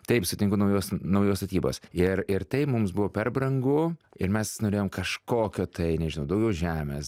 taip sutinku naujos naujos statybos ir ir tai mums buvo per brangu ir mes norėjom kažkokio tai nežinau daugiau žemės